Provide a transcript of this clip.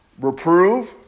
Reprove